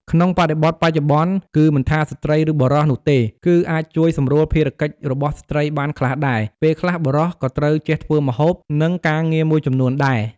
ក្នុងបរិបទបច្ចុប្បន្ន គឺមិនថាស្រ្តីឬបុរសនោះទេ គឺអាចជួយសម្រួលភារកិច្ចរបស់ស្ត្រីបានខ្លះដែរ ពេលខ្លះបុរសក៏ត្រូវចេះធ្វើម្ហូប និងការងារមួយចំនួនដែរ។